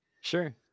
sure